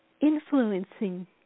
influencing